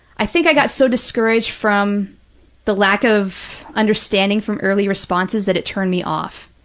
i think i got so discouraged from the lack of understanding from early responses that it turned me off.